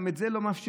גם את זה לא מאפשרים.